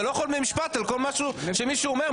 אתה לא יכול להגיד משפט על כל משהו שמישהו אומר.